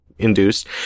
induced